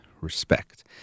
respect